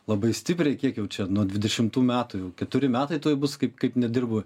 labai stipriai kiek jau čia nuo dvidešimtų metųjau keturi metai tuoj bus kaip kaip nedirbu